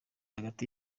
hagati